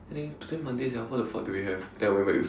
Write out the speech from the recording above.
I think today Monday sia what the fuck do we have then I went back to